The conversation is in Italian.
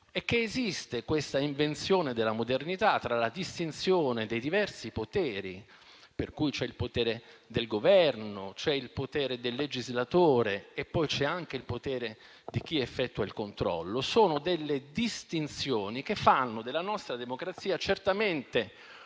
è che esiste questa invenzione della modernità della distinzione dei diversi poteri, per cui c'è il potere del Governo, c'è il potere del legislatore e poi c'è anche il potere di chi effettua il controllo. Sono delle distinzioni che fanno della nostra democrazia certamente